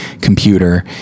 computer